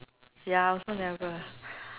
ya I also never